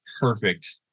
perfect